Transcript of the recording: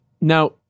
Now